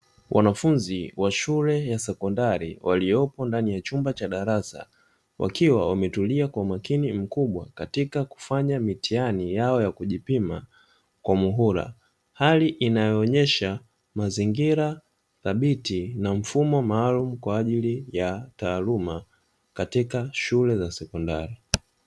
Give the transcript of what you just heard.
Wanafunzi wa shule ya sekondari, waliopo ndani ya chumba cha darasa, wakiwa wametulia kwa umakini mkubwa katika kufanya mitihani yao ya kujipima kwa muhula. Hali inayoonyesha mazingira thabiti na mfumo maalumu kwa ajili ya taaluma katika shule za sekondari.